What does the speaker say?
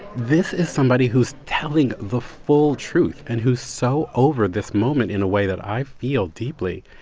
this is somebody who's telling the full truth and who's so over this moment in a way that i feel deeply.